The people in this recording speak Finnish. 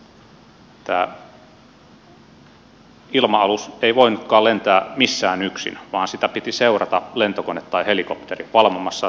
tämä ilma alus ei voinutkaan lentää missään yksin vaan sitä piti seurata lentokone tai helikopteri valvomassa että se ilmatila on tyhjä